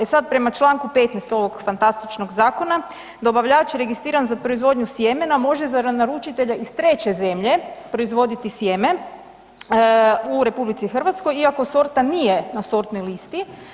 E sad prema Članku 15. ovog fantastičnog zakona, dobavljač registriran za proizvodnju sjemena može za naručitelja iz treće zemlje proizvoditi sjeme u RH iako sorta nije na sortnoj listi.